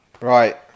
Right